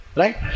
right